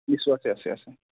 লিচু আছে আছে আছে